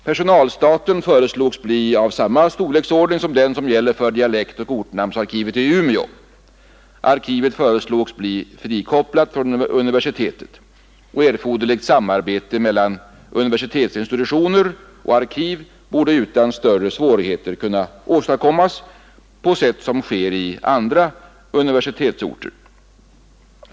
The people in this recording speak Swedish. Personalstaten föreslogs bli av samma storleksordning som dem som gäller för dialektoch ortnamnsarkivet i Umeå. Arkivet föreslogs bli frikopplat från universitetet. Erforderligt samarbete mellan universitetsinstitutioner och arkiv borde utan större svårigheter kunna åstadkommas på sätt som sker på andra universitetsorter.